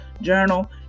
journal